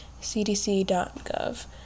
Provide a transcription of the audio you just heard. cdc.gov